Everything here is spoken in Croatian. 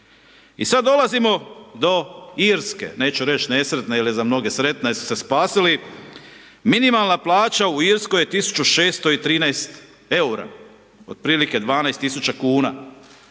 I sad dolazimo do Irske, neću reći nesretne jer je za mnoge sretna jer su se spasili, minimalna plaća u Irskoj je 1613 eura, otprilike 12 000 kuna.